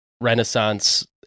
Renaissance